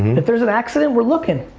if there's an accident, we're lookin'!